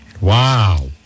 Wow